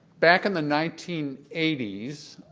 back in the nineteen eighty s,